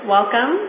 Welcome